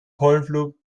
pollenflug